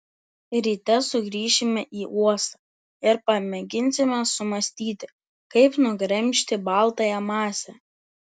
ryte sugrįšime į uostą ir pamėginsime sumąstyti kaip nugremžti baltąją masę